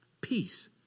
Peace